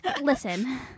listen